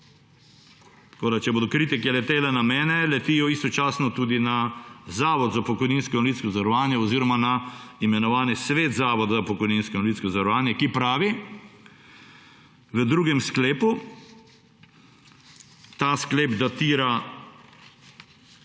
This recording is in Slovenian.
tako da če bodo kritike letele na mene, letijo istočasno tudi na Zavod za pokojninsko in invalidsko zavarovanje oziroma na imenovani Svet Zavoda za pokojninsko in invalidsko zavarovanje, ki pravi v drugem sklepu, ta sklep je datiran